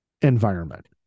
environment